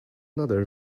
another